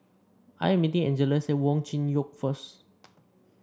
I am meeting Angeles at Wong Chin Yoke Road first